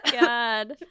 god